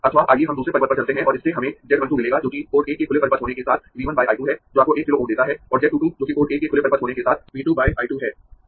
अथवा आइये हम दूसरे परिपथ पर चलते है और इससे हमें z 1 2 मिलेगा जो कि पोर्ट 1 के खुले परिपथ होने के साथ V 1 बाय I 2 है जो आपको 1 किलो Ω देता है और z 2 2 जोकि पोर्ट 1 के खुले परिपथ होने के साथ V 2 बाय I 2 है